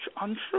untrue